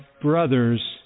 brothers